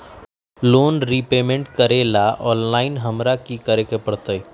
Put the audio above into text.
Loan repayment करेला online हमरा की करे के परतई?